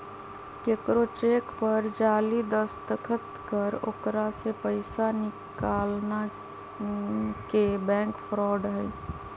केकरो चेक पर जाली दस्तखत कर ओकरा से पैसा निकालना के बैंक फ्रॉड हई